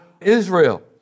Israel